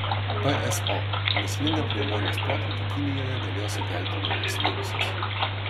pso mįslingą pneumonijos protrūkį kinijoje galėjo sukelti naujas virusas